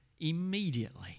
immediately